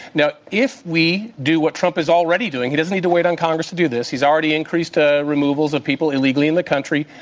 now, if we do what trump is already doing he doesn't need to wait on congress to do this. he's already increased ah removals of people illegally in the country.